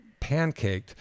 pancaked